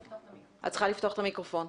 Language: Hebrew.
תודה.